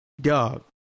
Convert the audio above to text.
Dog